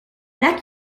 neck